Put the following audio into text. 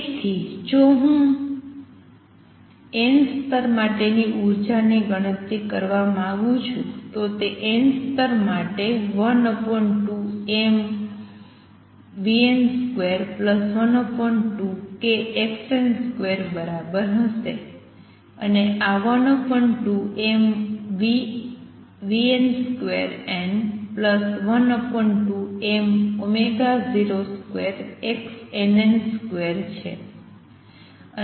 તેથી જો હું n સ્તર માટે ઉર્જાની ગણતરી કરવા માંગું છું તો તે n સ્તર માટે 12mvn2 12kxn2 બરાબર હશે અને આ 12mvnn2 12m02xnn2 છે